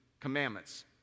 commandments